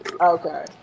Okay